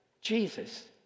Jesus